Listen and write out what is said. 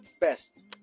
Best